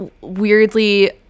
weirdly